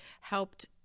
helped